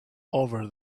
over